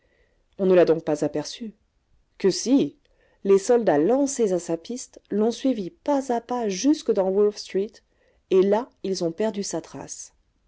on ne l'a donc pas aperçu que si les soldats lancés à sa piste l'ont suivi pas à pas jusque dans wolfe street et là ils ont perdu sa trace